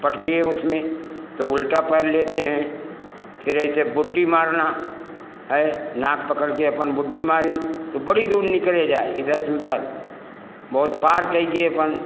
पटकिए उसमें तो उल्टा पैर लेते हैं फिर ऐसे बुड्डी मारना है नाक पकड़ के अपन बुड्डी मारिन तो बड़ी दूर निकरे जाए इधर से उधर बहुत पार करके अपन